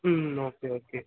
ம் okay okay